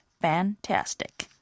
fantastic